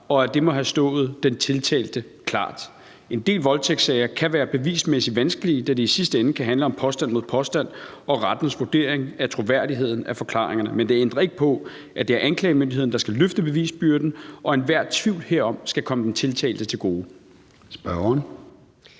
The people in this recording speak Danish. og at det må have stået den tiltalte klart. En del voldtægtssager kan være bevismæssigt vanskelige, da det i sidste ende kan handle om påstand mod påstand og rettens vurdering af troværdigheden af forklaringerne. Men det ændrer ikke på, at det er anklagemyndigheden, der skal løfte bevisbyrden, og enhver tvivl herom skal komme den tiltalte til gode.